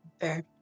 Fair